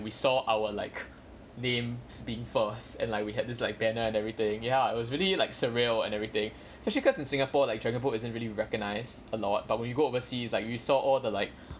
we saw our like name it's being first and like we had this like banner and everything ya it was really like surreal and everything especially cause in singapore like dragonboat isn't really recognised a lot but when you go overseas like you saw all the like